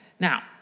Now